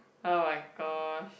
oh my gosh